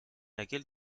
aquel